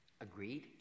agreed